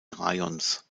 rajons